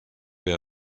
wer